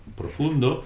profundo